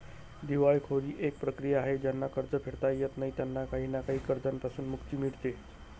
दिवाळखोरी एक प्रक्रिया आहे ज्यांना कर्ज फेडता येत नाही त्यांना काही ना काही कर्जांपासून मुक्ती मिडते